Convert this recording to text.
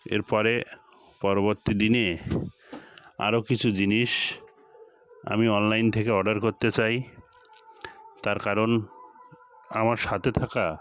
এর পরে পরবর্তী দিনে আরও কিছু জিনিস আমি অনলাইন থেকে অর্ডার করতে চাই তার কারণ আমার সাথে থাকা